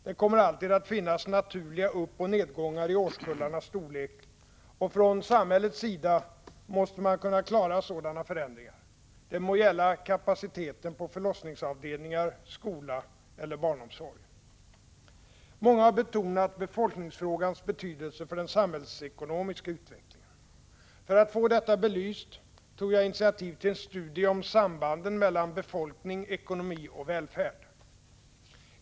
Det kommer alltid att finnas naturliga uppoch nedgångar i årskullarnas storlek, och från samhällets sida måste man kunna klara sådana förändringar. Det må gälla kapaciteten på förlossningsavdelningar, skola eller barnomsorg. Många har betonat befolkningsfrågans betydelse för den samhällsekonomiska utvecklingen. För att få detta belyst tog jag initiativ till en studie om sambanden mellan befolkning, ekonomi och välfärd.